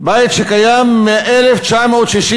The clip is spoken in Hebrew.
בית שקיים מ-1963,